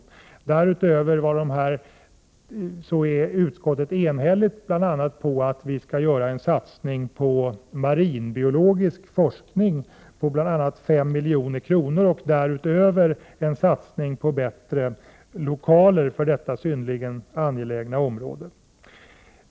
Därutöver är utskottet enigt om att göra en satsning på marinbiologisk forskning med 5 milj.kr. samt satsa på bättre lokaler för detta synnerligen angelägna område.